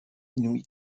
inouïe